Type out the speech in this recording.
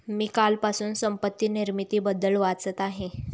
मी कालपासून संपत्ती निर्मितीबद्दल वाचत आहे